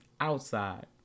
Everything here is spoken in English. outside